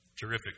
Terrific